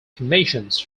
commissions